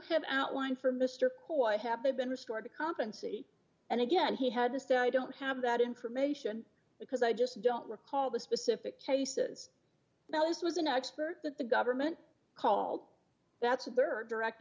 have outlined for mr coit have been restored to compensate and again he had to stay i don't have that information because i just don't recall the specific cases now this was an expert that the government called that's a rd direct